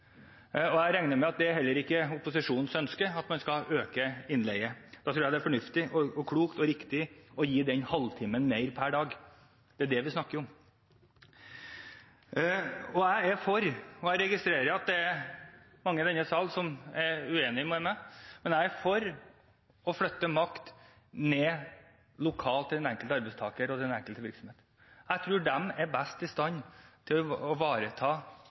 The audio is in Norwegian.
dagbøtene. Jeg regner med at det heller ikke er opposisjonens ønske at man skal øke innleie. Da tror jeg det er fornuftig, klokt og riktig å gi den halvtimen mer per dag. Det er det vi snakker om. Jeg er for – og jeg registrerer at det er mange i denne sal som er uenig med meg – å flytte makt ned lokalt til den enkelte arbeidstager og den enkelte virksomhet. Jeg tror de er best i stand til å ivareta